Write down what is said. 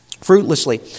fruitlessly